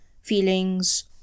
feelings